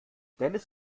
dennis